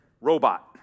robot